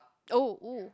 oh !woo!